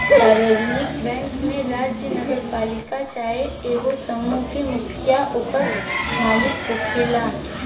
सार्वजानिक बैंक में राज्य, नगरपालिका चाहे एगो समूह के मुखिया ओकर मालिक होखेला